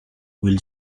will